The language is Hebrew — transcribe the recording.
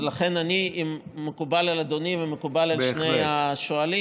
לכן, אם מקובל על אדוני ומקובל על שני השואלים,